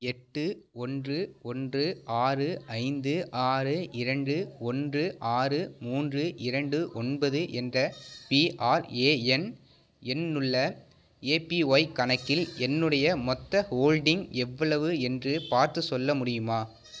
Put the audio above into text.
எட்டு ஒன்று ஒன்று ஆறு ஐந்து ஆறு இரண்டு ஓன்று ஆறு மூன்று இரண்டு ஒன்பது என்ற பிஆர்எஎன் எண்ணுள்ள ஏபிஒய் கணக்கில் என்னுடைய மொத்த ஹோல்டிங் எவ்வளவு என்று பார்த்துச் சொல்ல முடியுமா